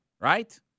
right